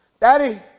Daddy